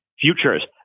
futures